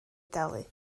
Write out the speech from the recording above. dalu